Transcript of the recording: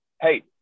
hey